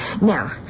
Now